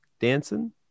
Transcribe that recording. dancing